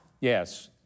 Yes